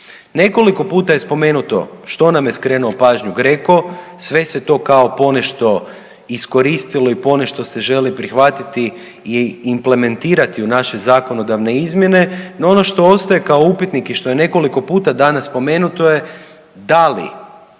Nekoliko puta je spomenuto što nam je skrenuo pažnju GRECO. Sve se to kao ponešto iskoristilo i ponešto se želi prihvatiti i implementirati u naše zakonodavne izmjene. No, ono što ostaje kao upitnik i što je nekoliko puta danas spomenuto je da li